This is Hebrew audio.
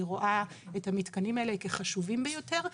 היא רואה את המתקנים האלה כחשובים ביותר,